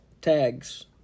tags